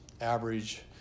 average